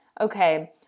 okay